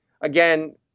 again